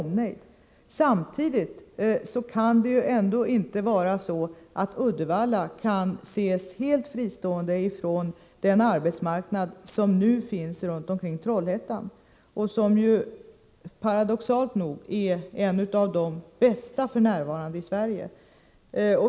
Men samtidigt kan Uddevalla ändå inte betraktas helt fristående från den arbetsmarknad som nu finns runt omkring Trollhättan och som, paradoxalt nog, f.n. är en av de bästa arbetsmarknaderna i Sverige.